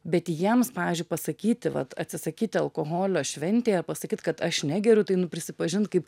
bet jiems pavyzdžiui pasakyti vat atsisakyti alkoholio šventėje pasakyt kad aš negeriu tai nu prisipažint kaip